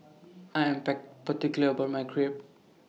I Am particular about My Crepe